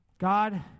God